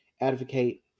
advocate